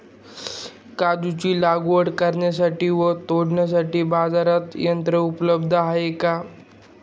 काजूची लागवड करण्यासाठी व तोडण्यासाठी बाजारात यंत्र उपलब्ध आहे का?